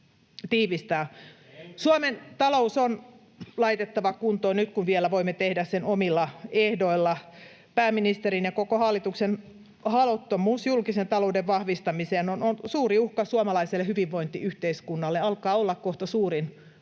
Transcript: Suomen talous on laitettava kuntoon nyt, kun vielä voimme tehdä sen omilla ehdoilla. Pääministerin ja koko hallituksen haluttomuus julkisen talouden vahvistamiseen on suuri uhka suomalaiselle hyvinvointiyhteiskunnalle, alkaa olla kohta suurin uhka.